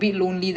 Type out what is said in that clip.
ya